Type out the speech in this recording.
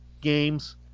games